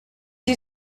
you